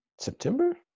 September